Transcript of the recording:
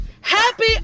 Happy